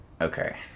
Okay